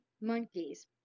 monkeys